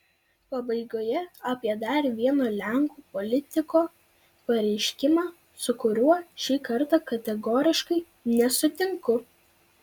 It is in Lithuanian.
pabaigoje apie dar vieno lenkų politiko pareiškimą su kuriuo šį kartą kategoriškai nesutinku